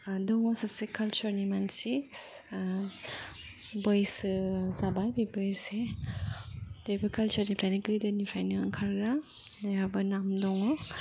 दङ' सासे कालचारनि मानसि बैसो जाबाय बेबो एसे बेबो कालचारनिफ्रायनो गोदोनिफ्राय ओंखारग्रा बेहाबो नाम दङ'